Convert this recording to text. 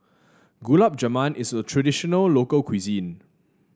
Gulab Jamun is a traditional local cuisine